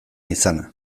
izana